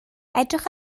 edrych